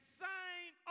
sign